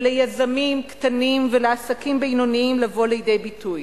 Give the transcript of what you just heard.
וליזמים קטנים ולעסקים בינוניים לבוא לידי ביטוי.